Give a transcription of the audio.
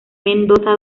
mendoza